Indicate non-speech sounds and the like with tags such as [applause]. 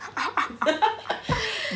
[laughs]